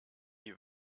die